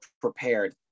prepared